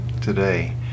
today